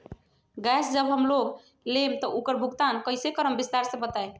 Gas जब हम लोग लेम त उकर भुगतान कइसे करम विस्तार मे बताई?